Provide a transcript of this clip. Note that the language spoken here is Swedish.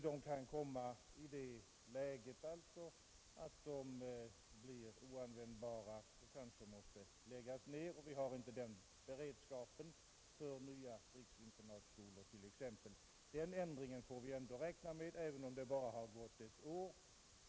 De kan komma i det läget att de blir oanvändbara och kanske måste läggas ner. Då har vi inte längre den nödvändiga beredskapen t.ex. för nya riksinternatskolor. Den ändringen får vi räkna med även om det bara har gått ett år.